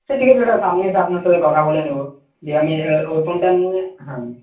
সে ঠিক আছে দাদা আমি এসে আপনার সঙ্গে কথা বলে নেব যে আমি ওই ফোনটা নিয়ে হ্যাঁ